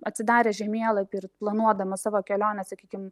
atsidaręs žemėlapį ir planuodamas savo kelionę sakykim